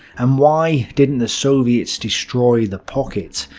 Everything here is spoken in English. and why didn't the soviets destroy the pocket?